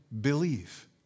believe